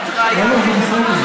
התראיינתי,